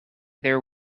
there